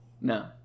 no